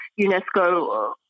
UNESCO